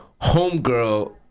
Homegirl